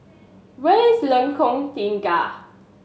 where is Lengkong Tiga